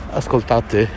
ascoltate